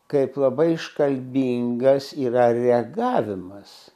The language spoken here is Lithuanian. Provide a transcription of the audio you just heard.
kaip labai iškalbingas yra reagavimas